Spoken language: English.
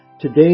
Today